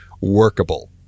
workable